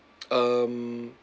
um